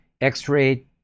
X-ray